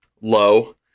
low